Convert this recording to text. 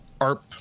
arp